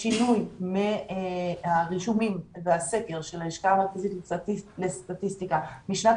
השינוי מהרישומים והסקר של הלשכה המרכזית לסטטיסטיקה משנת